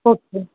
okay